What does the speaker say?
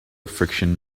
friction